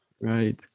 Right